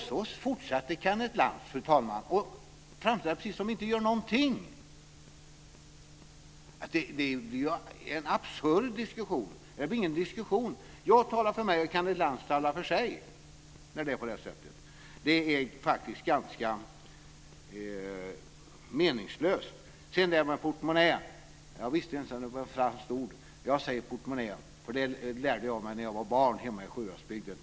Ändå fortsätter Kenneth Lantz, fru talman, att framställa det precis som om vi inte gör någonting. Det blir en absurd diskussion. Nej, det blir ingen diskussion. Jag talar för mig och Kenneth Lantz talar för sig när det är på det sättet. Det är faktiskt ganska meningslöst. Jag använde ordet portmonnä. Jag visste inte att det var ett franskt ord. Jag säger portmonnä, för det lärde jag mig när jag var barn hemma i Sjuhäradsbygden.